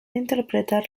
interpretar